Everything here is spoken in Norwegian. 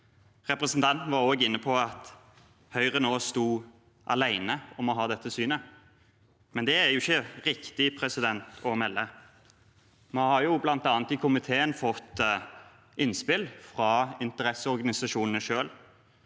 Representanten Skjæran var også inne på at Høyre nå sto alene om å ha dette synet. Men det er jo ikke riktig. Vi har bl.a. i komiteen fått innspill fra interesseorganisasjonene selv